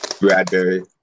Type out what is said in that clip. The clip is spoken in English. Bradbury